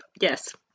Yes